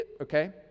okay